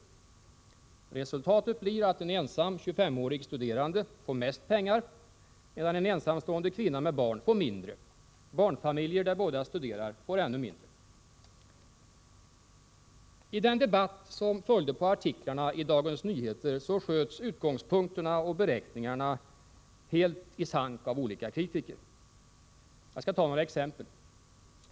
Resultatet blir att en ensam 25-årig studerande får mest pengar, medan en ensamstående kvinna med barn får mindre. Barnfamiljer, där båda studerar, får ännu mindre. I den debatt som följde på artiklarna i Dagens Nyheter sköts utgångspunkterna och beräkningarna helt i sank av olika kritiker. Jag skall ta några exempel.